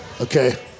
okay